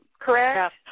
correct